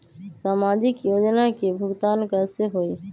समाजिक योजना के भुगतान कैसे होई?